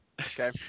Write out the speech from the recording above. Okay